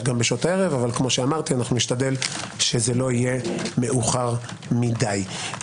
בשעות הערב אך כאמור נשתדל שלא יהיה מאוחר מדי.